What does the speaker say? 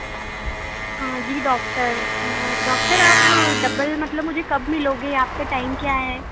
हाँ जी doctor doctor आप डबल मतलब मुझे कब मिलोगे आपके टाइम क्या है